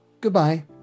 Goodbye